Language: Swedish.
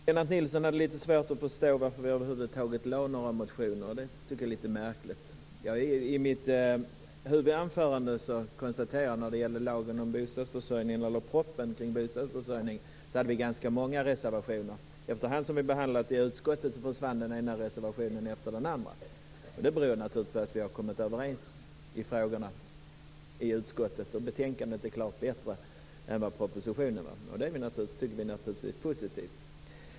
Fru talman! Eftersom jag blev omnämnd i Lennart Nilssons anförande har jag begärt replik. Lennart Nilsson hade lite svårt att förstå varför vi över huvud taget väckt några motioner, och det tycker jag är lite märkligt. Jag konstaterade i mitt huvudanförande att vi när det gällde propositionen om bostadsförsörjningen hade ganska många reservationer. Efter hand som frågorna behandlades i utskottet försvann den ena reservationen efter den andra. Det berodde naturligtvis på att vi kom överens i frågorna i utskottet. Betänkandet är klart bättre än propositionen, och det tycker vi är positivt.